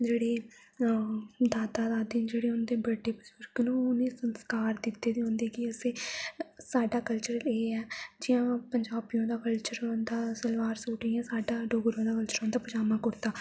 दादा दादी जेह्डे उंदे बड़े बुजुर्ग न ओह् उनेंई संस्कार दित्ते दे होंदे की असे साढ़ा कल्चर एह् ऐ जियां पंजाबिये दा कल्चर होंदा सलवार सुट इ'यां साढ़ा डोगरा दा होंदा पजामा कुर्ता